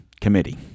Committee